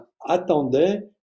attendait